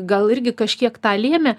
gal irgi kažkiek tą lėmė